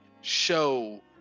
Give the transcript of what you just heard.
show